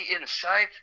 inside